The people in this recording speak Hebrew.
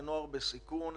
לנוער בסיכון,